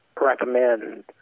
recommend